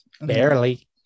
barely